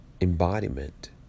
embodiment